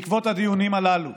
בעקבות הדיונים הללו